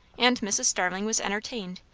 and mrs. starling was entertained,